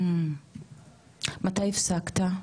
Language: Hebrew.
מתי הפסקת?